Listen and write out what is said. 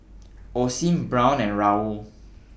Osim Braun and Raoul